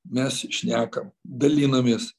mes šnekam dalinamės